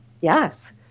Yes